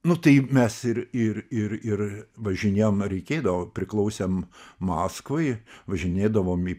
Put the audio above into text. nu tai mes ir ir ir ir važinėjom ir reikėdavo priklausėm maskvai važinėdavom į